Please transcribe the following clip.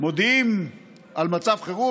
מודיעים על מצב חירום,